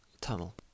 tunnel